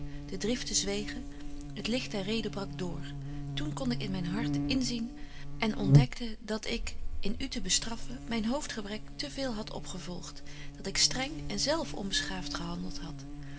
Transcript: de driften zwegen t licht der reden brak dr toen kon ik in myn hart inzien en betje wolff en aagje deken historie van mejuffrouw sara burgerhart ontdekte dat ik in u te bestraffen myn hoofdgebrek te veel had opgevolgt dat ik streng en zelf onbeschaaft gehandelt had